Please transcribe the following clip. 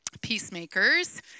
Peacemakers